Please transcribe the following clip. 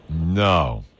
No